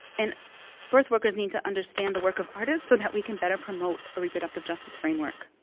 and birth workers need to understand the work of artists so that we can better promote a reproductive justice framework.